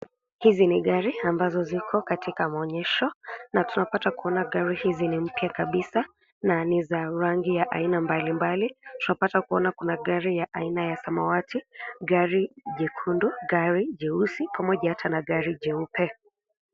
Hizi nibgari ambazo ziko katika maonyesho na tunapata kuona gari hizi ni mpya kabisa na ni za rangi ya aina mbalimbali . Tunapata kuona kuna gari ya aina ya samawati ,gari jekundu ,gari jeusi pamoja hata na gari jeupe.